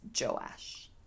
Joash